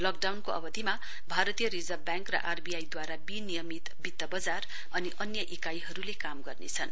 लकडाउनको अवधिमा भारतीय रिजर्भ ब्याङक र आरबीआईद्वारा विनियमित वित्ति बजार अन्य इकाइहरूले काम गर्नेछन्